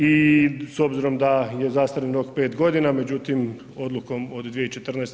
I s obzirom da je zastarni rok 5 godina, međutim odlukom od 2014.